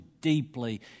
deeply